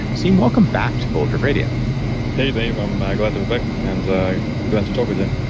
siim, welcome back to bulletproof radio hey, dave. i'm ah glad to be back and ah glad to talk with you